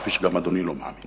כפי שגם אדוני לא מאמין,